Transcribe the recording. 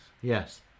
Yes